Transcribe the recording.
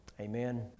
Amen